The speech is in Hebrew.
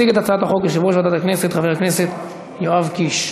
מציג את הצעת החוק יושב-ראש ועדת הכנסת חבר הכנסת יואב קיש.